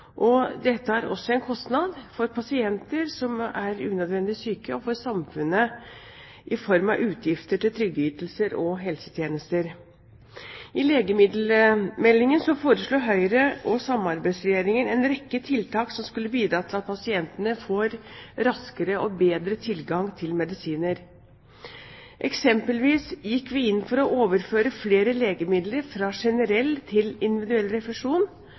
Dette har også en kostnad; for pasienter som er unødvendig syke, og for samfunnet i form av utgifter til trygdeytelser og helsetjenester. I legemiddelmeldingen foreslo Høyre og Samarbeidsregjeringen en rekke tiltak som skulle bidra til at pasientene får raskere og bedre tilgang til medisiner. Eksempelvis gikk vi inn for å overføre flere legemidler fra generell til individuell refusjon,